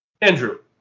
Andrew